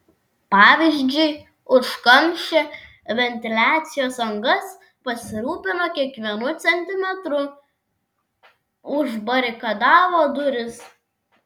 pavyzdžiui užkamšė ventiliacijos angas pasirūpino kiekvienu centimetru užbarikadavo duris